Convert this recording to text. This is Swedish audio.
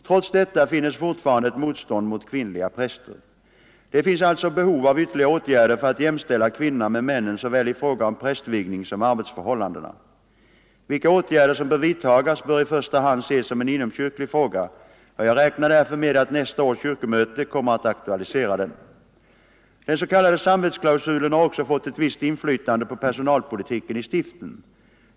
Trots detta finns fortfarande ett motstånd mot kvinnliga präster. Det finns alltså behov av ytterligare ågärder för att jämställa kvinnorna med männen såväl i fråga om prästvigning som när det gäller arbetsförhållandena. Vilka åtgärder som bör vidtagas bör i första hand ses som en inomkyrklig fråga och jag räknar därför med att nästa års kyrkomöte kommer att aktualisera den. Den s.k. samvetsklausulen har också fått ett visst inflytande på personalpolitiken i stiften.